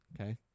Okay